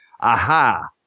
aha